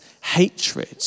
hatred